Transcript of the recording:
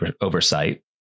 oversight